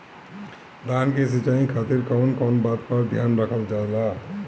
धान के सिंचाई खातिर कवन कवन बात पर ध्यान रखल जा ला?